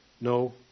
no